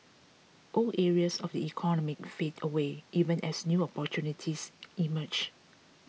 old areas of the economy fade away even as new opportunities emerge